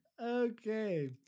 Okay